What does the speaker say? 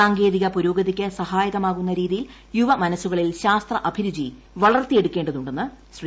സാങ്കേതിക പുരോഗതിക്ക് സഹായകമാകുന്ന രീതിയിൽ യുവ മനസുകളിൽ ശാസ്ത്ര അഭിരുചി വളർത്തിയെടുക്കേണ്ടതുണ്ടെന്ന് ശ്രീ